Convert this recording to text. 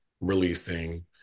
releasing